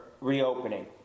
reopening